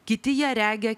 kiti ją regi